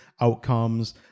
outcomes